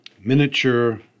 miniature